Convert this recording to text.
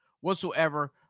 whatsoever